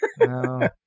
no